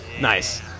Nice